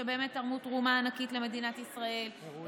שבאמת תרמו תרומה ענקית למדינת ישראל,